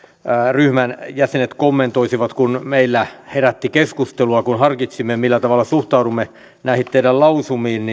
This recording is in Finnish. ryhmän jäsenet kommentoisivat kun meillä herätti keskustelua kun harkitsimme millä tavalla suhtaudumme näihin teidän lausumiinne